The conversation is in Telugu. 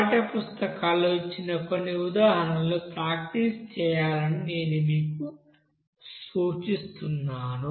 పాఠ్యపుస్తకాల్లో ఇచ్చిన కొన్ని ఉదాహరణలను ప్రాక్టీస్ చేయాలని నేను మీకు సూచిస్తాను